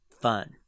fun